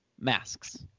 masks